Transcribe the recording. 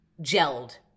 gelled